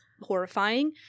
horrifying